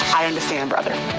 i understand brother,